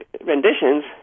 renditions